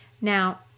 Now